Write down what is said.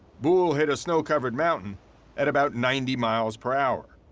boole hit a snow-covered mountain at about ninety miles per hour.